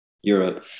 Europe